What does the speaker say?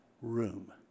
room